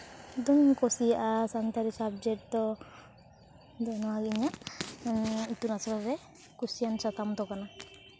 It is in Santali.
ᱫᱚᱢᱮᱧ ᱠᱩᱥᱤᱭᱟᱜᱼᱟ ᱥᱟᱱᱛᱟᱞᱤ ᱥᱟᱵᱡᱮᱠᱴ ᱫᱚ ᱡᱮ ᱱᱚᱣᱟᱫᱚ ᱤᱧᱟᱹᱜ ᱤᱛᱩᱱ ᱟᱥᱲᱟ ᱨᱮ ᱠᱩᱥᱤᱭᱟᱱ ᱥᱟᱛᱟᱢ ᱫᱚ ᱠᱟᱱᱟ